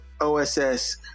OSS